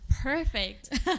Perfect